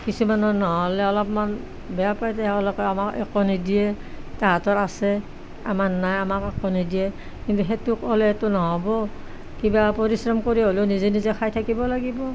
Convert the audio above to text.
কিছুমানৰ নহ'লে অলপমান বেয়া পায় তেওঁলোকে আমাক একো নিদিয়ে তাহাঁতৰ আছে আমাৰ নাই আমাক একো নিদিয়ে কিন্তু সেইটো ক'লেতো নহ'ব কিবা পৰিশ্ৰম কৰি হ'লেও নিজে নিজে খাই থাকিব লাগিব